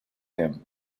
him